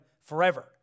forever